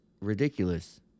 ridiculous